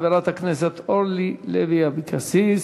חברת הכנסת אורלי לוי אבקסיס,